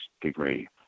degree